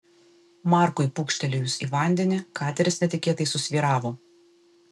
markui pūkštelėjus į vandenį kateris netikėtai susvyravo